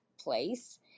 place